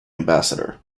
ambassador